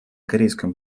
корейском